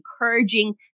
encouraging